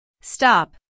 Stop